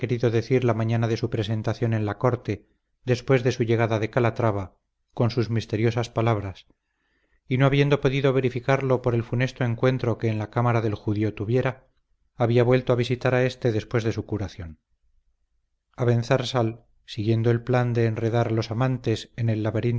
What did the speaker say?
querido decir la mañana de su presentación en la corte después de su llegada de calatrava con sus misteriosas palabras y no habiendo podido verificarlo por el funesto encuentro que en la cámara del judío tuviera había vuelto a visitar a éste después de su curación abenzarsal siguiendo el plan de enredar a los amantes en el